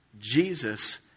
Jesus